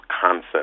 concept